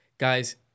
Guys